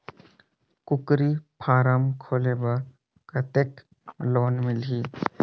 कूकरी फारम खोले बर कतेक लोन मिलही?